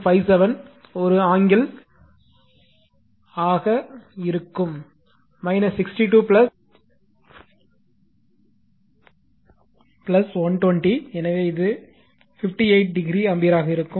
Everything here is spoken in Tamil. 57 ஒரு ஆங்கிள் ஆக இருக்கும் 62 120 எனவே இது 58 o ஆம்பியராக இருக்கும்